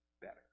better